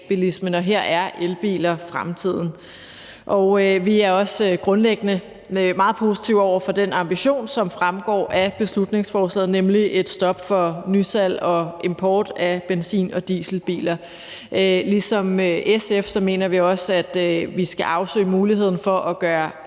og her er elbiler fremtiden. Vi er også grundlæggende meget positive over for den ambition, som fremgår af beslutningsforslaget, nemlig et stop for nysalg og import af benzin- og dieselbiler. Ligesom SF mener vi også, at vi skal afsøge muligheden for at gøre